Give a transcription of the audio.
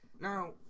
Now